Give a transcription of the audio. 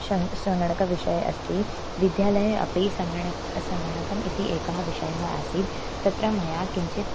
षङ्ग् सङ्गणकविषये अस्ति विद्यालये अपि सङ्गणकम् इति एकः विषयः आसीत् तत्र मया किञ्चित्